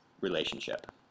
relationship